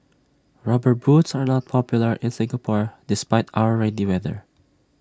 rubber boots are not popular in Singapore despite our rainy weather